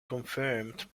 confirmed